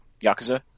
Yakuza